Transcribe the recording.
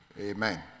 Amen